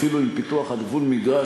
אפילו עם פיתוח עד גבול מגרש,